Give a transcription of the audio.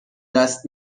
دست